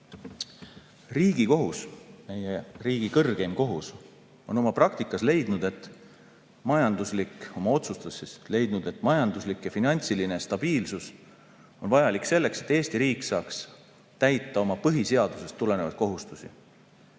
Riigikohus, meie riigi kõrgeim kohus, on oma praktikas, oma otsustes leidnud, et majanduslik ja finantsiline stabiilsus on vajalik selleks, et Eesti riik saaks täita oma põhiseadusest tulenevaid kohustusi.